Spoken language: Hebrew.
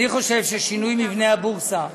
חושב ששינוי מבנה הבורסה,